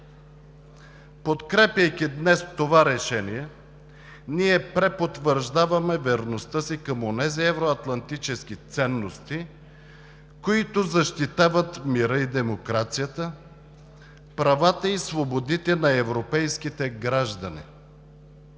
Подкрепяйки днес това решение, ние препотвърждаваме верността си към онези евроатлантически ценности, които защитават мира и демокрацията, правата и свободите на европейските граждани.